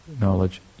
knowledge